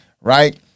Right